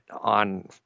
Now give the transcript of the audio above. on